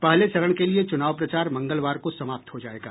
पहले चरण के लिए चुनाव प्रचार मंगलवार को समाप्त हो जायेगा